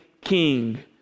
king